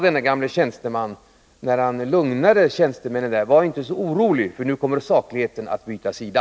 Denne gamle tjänsteman lugnade de övriga på finansavdelningen med följande ord: Var inte så oroliga, för nu kommer sakligheten att byta sida.